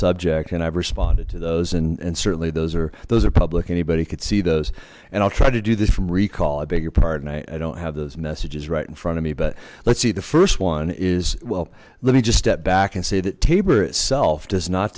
subject and i've responded to those and and certainly those are those are public anybody could see those and i'll try to do this from recall i beg your pardon i don't have those messages right in front of me but let's see the first one is well let me just step back and say that tabor itself does not